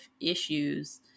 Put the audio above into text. issues